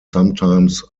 sometimes